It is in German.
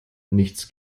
nichts